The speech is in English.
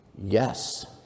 yes